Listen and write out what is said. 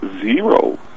zero